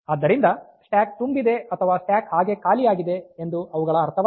ಆದ್ದರಿಂದ ಸ್ಟಾಕ್ ತುಂಬಿದೆ ಅಥವಾ ಸ್ಟಾಕ್ ಹಾಗೆ ಖಾಲಿಯಾಗಿದೆ ಎಂದು ಅವುಗಳ ಅರ್ಥವಲ್ಲ